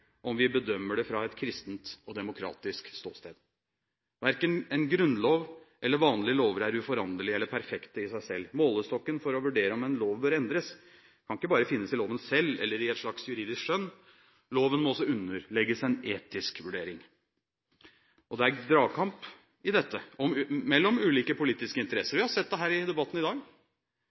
om vi bedømmer det fra et kristent og demokratisk ståsted. Verken en grunnlov eller vanlige lover er uforanderlige eller perfekte i seg selv. Målestokken for å vurdere om en lov bør endres, kan ikke bare finnes i loven selv eller i et slags juridisk skjønn. Loven må også underlegges en etisk vurdering. Det er dragkamp om dette mellom ulike politiske interesser. Vi har sett det her i debatten i dag.